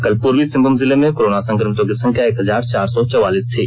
कल पूर्वी सिंहभूम जिले में कोरोना संक्रमितों की संख्या एक हजार चार सौ चौवालीस थी